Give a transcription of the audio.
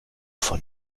von